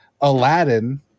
Aladdin